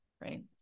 right